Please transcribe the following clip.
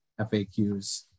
FAQs